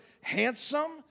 handsome